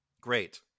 great